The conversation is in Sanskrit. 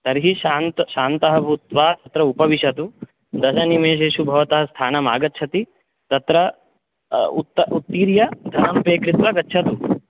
तर्हि शान्तः भूत्वा तत्र उपविशतु दशनिमेषेषु भवतः स्थानमागच्छति तत्र उत्तीर्य धनं स्वीकृत्वा गच्छतु